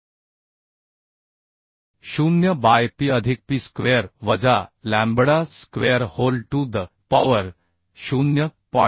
0 by piअधिक pi square वजा lambda square whole to the power 0